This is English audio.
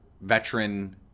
veteran